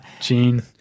Gene